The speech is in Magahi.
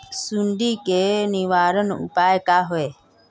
सुंडी के निवारक उपाय का होए?